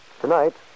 Tonight